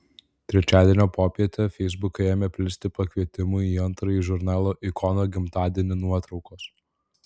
trečiadienio popietę feisbuke ėmė plisti pakvietimų į antrąjį žurnalo ikona gimtadienį nuotraukos